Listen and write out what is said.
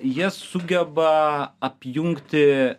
jie sugeba apjungti